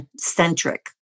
centric